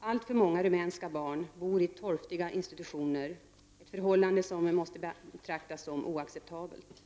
Alltför många rumänska barn bor på torftiga institutioner, ett förhållande som måste betraktas som oacceptabelt.